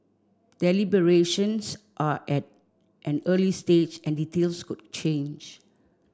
deliberations are at an early stage and details could change